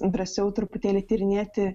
drąsiau truputėlį tyrinėti